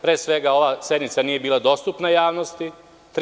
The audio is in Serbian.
Pre svega, ova sednica nije bila dostupna javnosti.